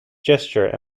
gesture